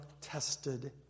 tested